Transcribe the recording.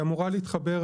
היא אמורה להתחבר.